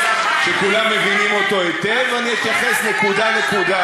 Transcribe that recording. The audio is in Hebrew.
ואם לא האינטרס הפוליטי אז תמר זנדברג הייתה שואלת אותך שאלות אחרות.